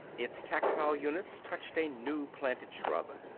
its tactile units touched a new-planted shrub.